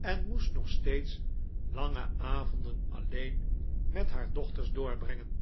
en moest nog steeds lange avonden alleen met haar dochters doorbrengen